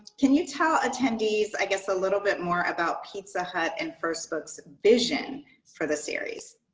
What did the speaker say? can you tell attendees, i guess, a little bit more about pizza hut and first book's vision for the series?